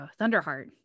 Thunderheart